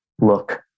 look